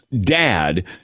dad